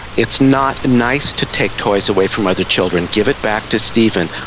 it's not nice to take toys away from other children, give it back to steven.